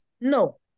no